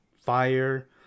fire